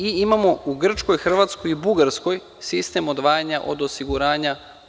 Imamo u Grčkoj, Hrvatskoj i Bugarskoj sistem odvajanja od osiguranja.